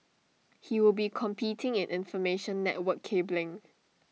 he will be competing in information network cabling